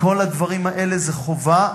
כל הדברים האלה זה חובה.